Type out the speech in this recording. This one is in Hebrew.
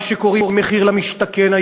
מה שקוראים היום מחיר למשתכן,